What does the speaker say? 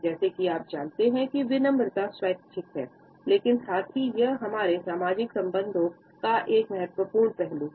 जैसा कि आप जानते हैं कि विनम्रता स्वैच्छिक है लेकिन साथ ही यह हमारे सामाजिक संबंधों का एक महत्वपूर्ण पहलू है